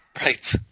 Right